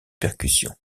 percussions